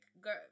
girl